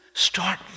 Start